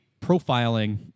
profiling